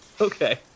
Okay